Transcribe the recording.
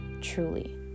truly